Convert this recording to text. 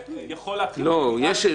לכן אנחנו משתדלים לעשות כל מאמץ,